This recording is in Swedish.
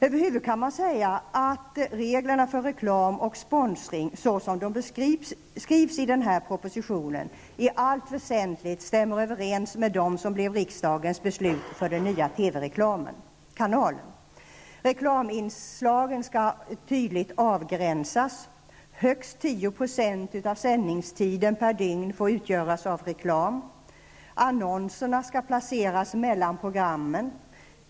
Över huvud taget kan man säga att reglerna för reklam och sponsring så som de beskrivs i denna proposition i allt väsentligt stämmer överens med de som blev riksdagens beslut för den nya TV Annonserna skall placeras mellan programmen.